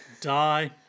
die